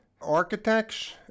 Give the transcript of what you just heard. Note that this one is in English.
architects